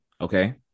okay